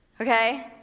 okay